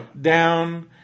down